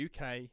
UK